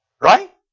Right